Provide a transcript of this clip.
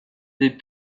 des